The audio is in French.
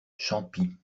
champis